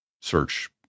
search